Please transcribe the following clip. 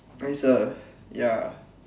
nicer ya